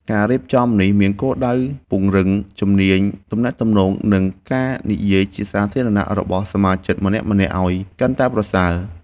ការរៀបចំនេះមានគោលដៅពង្រឹងជំនាញទំនាក់ទំនង និងការនិយាយជាសាធារណៈរបស់សមាជិកម្នាក់ៗឱ្យកាន់តែប្រសើរ។